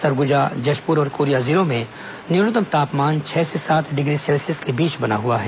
सरगुजा जशपुर और कोरिया जिलों में न्यूनतम तापमान छह से सात डिग्री सेल्सियस के बीच बना हुआ है